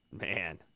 Man